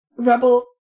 Rebel